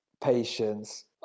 patience